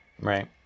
right